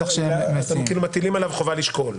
כאילו מטילים עליו חובה לשקול.